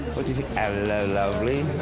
what do you think? hello lovely.